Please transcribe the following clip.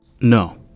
no